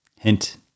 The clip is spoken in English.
Hint